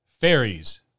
Fairies